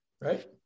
right